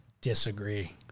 Disagree